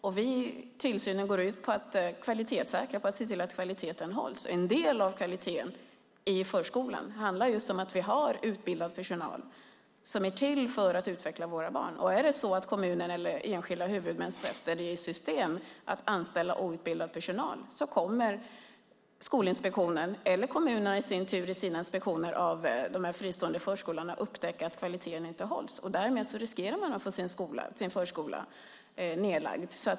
Den tillsynen går ut på att kvalitetssäkra, att se till att kvaliteten hålls. En del av kvaliteten i förskolan handlar just om att vi har utbildad personal som är till för att utveckla våra barn. Är det så att kommunen eller enskilda huvudmän sätter i system att anställa outbildad personal kommer Skolinspektionen eller kommunen i sin inspektion av de fristående förskolorna att upptäcka att kvaliteten inte hålls, och därmed riskerar man att få sin förskola nedlagd.